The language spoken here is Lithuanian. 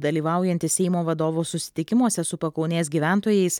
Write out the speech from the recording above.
dalyvaujanti seimo vadovų susitikimuose su pakaunės gyventojais